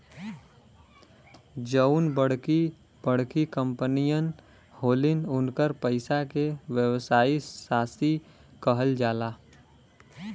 जउन बड़की बड़की कंपमीअन होलिन, उन्कर पइसा के व्यवसायी साशी कहल जाला